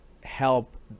help